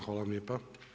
Hvala vam lijepa.